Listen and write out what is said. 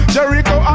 Jericho